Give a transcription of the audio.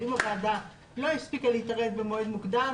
אבל אם הוועדה לא הספיקה להתערב במועד מוקדם?